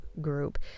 group